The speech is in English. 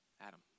Adam